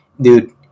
dude